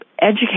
educate